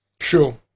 Sure